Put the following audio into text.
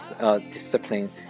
discipline